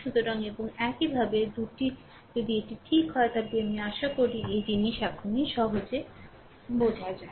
সুতরাং এবং একইভাবে 2 টি যদি এটি ঠিক হয় তবে আমি আশা করি যে এই জিনিসগুলি এখন সহজেই বোঝা যায়